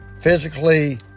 physically